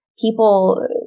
people